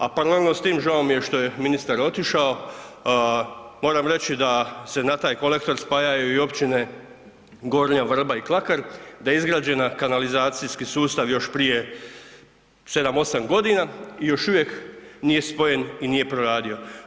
A paralelno s tim, žao mi je što je ministar otišao, moram reći da se na taj kolektor spajaju i općine Gornja Vrba i Klakar da je izgrađen kanalizacijski sustav još prije 7, 8 g. i još uvijek nije spojen i nije proradio.